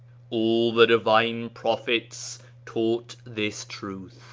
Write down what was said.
all the divine prophets taught this truth.